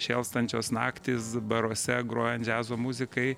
šėlstančios naktys baruose grojant džiazo muzikai